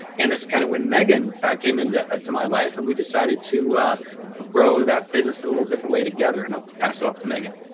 and this is kind of when meaghan came into ah my life and we decided to grow that business in a little different way together and i'll pass it off to meaghan.